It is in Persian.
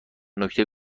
نکته